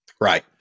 Right